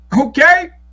okay